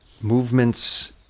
movements